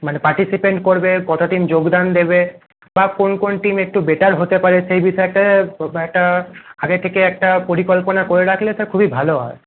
মানে পার্টিসিপেন্ট করবে কটা টিম যোগদান দেবে বা কোন কোন টিম একটু বেটার হতে পারে সেই বিষয়তে কয়েকটা আগে থেকে একটা পরিকল্পনা করে রাখলে স্যার খুবই ভালো হয়